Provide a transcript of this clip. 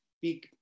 big